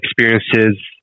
experiences